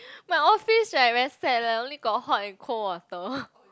my office right very sad leh only got hot and cold water